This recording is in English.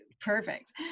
Perfect